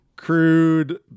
crude